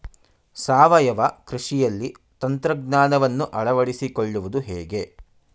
ಸಾವಯವ ಕೃಷಿಯಲ್ಲಿ ತಂತ್ರಜ್ಞಾನವನ್ನು ಅಳವಡಿಸಿಕೊಳ್ಳುವುದು ಹೇಗೆ?